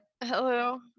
hello